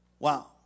Wow